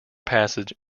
passage